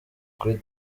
kuri